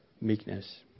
Meekness